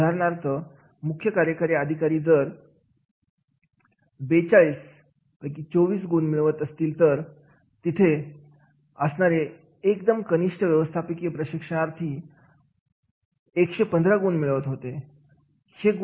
उदाहरणार्थ मुख्य कार्यकारी अधिकारी जर 42 24 गुण मिळत असतील तर तिथे असणारे एकदम कनिष्ठ व्यवस्थापकीय प्रशिक्षणार्थी एकशे पंधरा गुण मिळवत होते